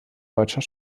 deutscher